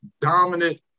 dominant